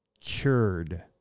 cured